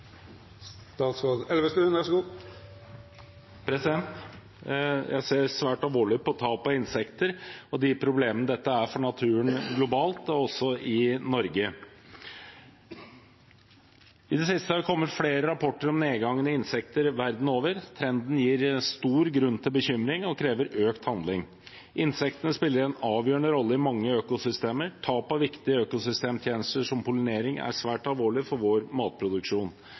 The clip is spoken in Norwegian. for naturen globalt og også i Norge. I det siste har det kommet flere rapporter om nedgangen i insekter verden over. Trenden gir stor grunn til bekymring og krever økt handling. Insektene spiller en avgjørende rolle i mange økosystemer. Tap av viktige økosystemtjenester som pollinering er svært alvorlig for vår matproduksjon.